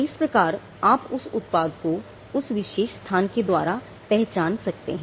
इस प्रकार आप उस उत्पाद को उस विशेष स्थान के द्वारा पहचान सकते हैं